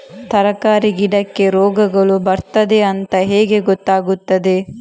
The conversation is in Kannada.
ತರಕಾರಿ ಗಿಡಕ್ಕೆ ರೋಗಗಳು ಬರ್ತದೆ ಅಂತ ಹೇಗೆ ಗೊತ್ತಾಗುತ್ತದೆ?